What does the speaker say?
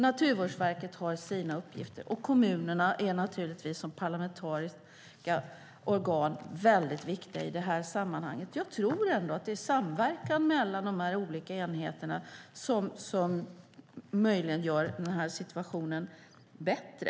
Naturvårdsverket har sina uppgifter, och kommuner som parlamentariska organ är givetvis mycket viktiga i det här sammanhanget. Jag tror att det är samverkan mellan de olika enheterna som möjligen gör situationen bättre.